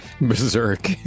Berserk